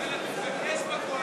תתרכז בקואליציה,